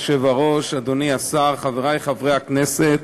אדוני היושב-ראש, אדוני השר, חברי חברי הכנסת,